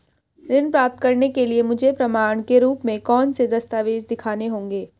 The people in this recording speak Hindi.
ऋण प्राप्त करने के लिए मुझे प्रमाण के रूप में कौन से दस्तावेज़ दिखाने होंगे?